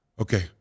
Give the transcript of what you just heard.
okay